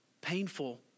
Painful